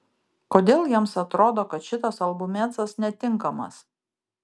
kodėl jiems atrodo kad šitas albumėcas netinkamas